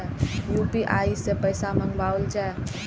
UPI सै पैसा मंगाउल जाय?